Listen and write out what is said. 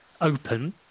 open